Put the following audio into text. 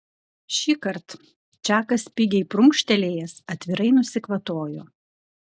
šįkart čakas spigiai prunkštelėjęs atvirai nusikvatojo